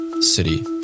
city